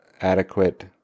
adequate